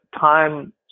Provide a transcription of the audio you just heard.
time